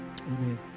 Amen